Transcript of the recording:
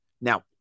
Now